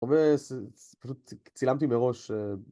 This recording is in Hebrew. ופשוט צילמתי מראש